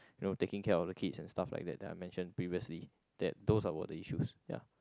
you know taking care of the kids and stuff like that that I mentioned previously that those are the issues ya